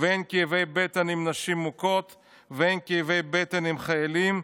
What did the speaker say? ואין כאבי בטן עם נשים מוכות ואין כאבי בטן עם חיילים,